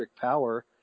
power